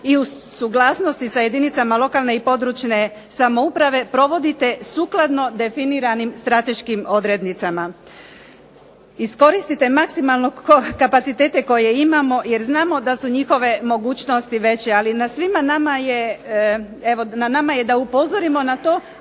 i uz suglasnosti sa jedinicama lokalne i područne samouprave provodite sukladno definiranim strateškim odrednicama. Iskoristite maksimalno kapacitete koje imamo jer znamo da su njihove mogućnosti veće. Ali na svima nama je da upozorimo na to,